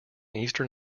eastern